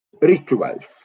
rituals